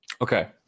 Okay